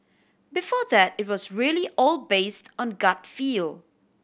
before that it was really all based on gut feel